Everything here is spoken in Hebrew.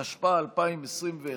התשפ"א 2021,